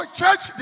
church